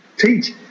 Teach